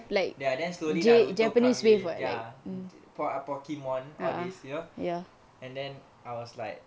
ya then slowly naruto come in ya po~ ah pokemon all this you know and then I was like